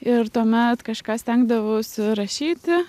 ir tuomet kažką stengdavausi rašyti